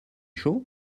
chaud